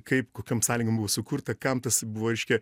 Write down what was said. kaip kokiom sąlygom buvo sukurta kam tas buvo reiškia